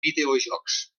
videojocs